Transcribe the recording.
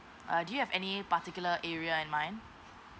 uh do you have any particular area in mind